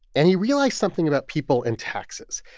and he realized something about people and taxes.